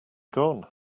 gone